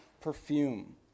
perfume